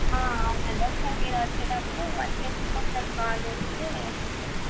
అవునండి ఒకసారి మీరు వచ్చేటప్పుడు కాల్ చేస్తే నేను